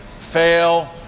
fail